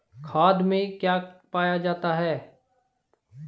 खाद में क्या पाया जाता है?